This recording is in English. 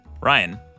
Ryan